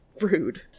Rude